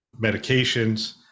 medications